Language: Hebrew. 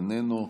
איננו,